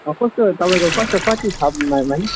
कस्तो तपाईँको कस्तो कति छ डिमान्डमा है